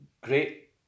great